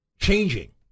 changing